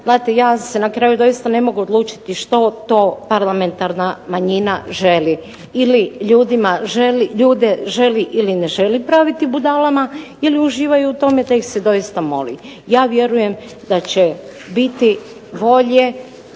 znate ja se na kraju ne mogu odlučiti što to parlamentarna manjina želi. Ili ljude želi ili ne želi praviti budalama ili uživaju u tome da ih se doista moli. Ja vjerujem da će biti bolje